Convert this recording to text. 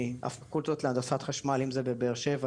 מהפקולטות להנדסת חשמל אם זה בבאר שבע,